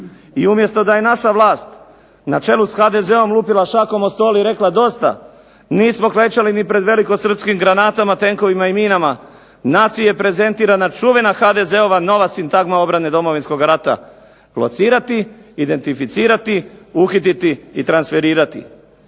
I umjesto da je naša vlast na čelu s HDZ-om lupila šakom o stol i rekla "Dosta! Nismo klečali ni pred velikosrpskim granatama, tenkovima i minama.", naciji je prezentirana čuvena HDZ-ova nova sintagma obrane Domovinskog rata – locirati, identificirati, uhititi i transferirati.